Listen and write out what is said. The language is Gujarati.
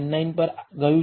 99 પર ગયું છે